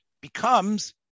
becomes